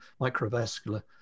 microvascular